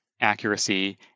accuracy